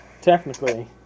technically